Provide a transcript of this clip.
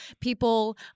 people